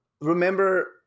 remember